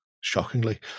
shockingly